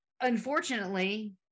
unfortunately